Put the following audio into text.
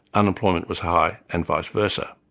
unemployment was high, and vice versa.